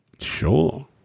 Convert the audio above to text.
Sure